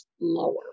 lower